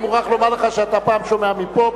אני מוכרח לומר לך שאתה פעם שומע מפה,